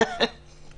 שהוא כל כך